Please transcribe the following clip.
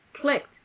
clicked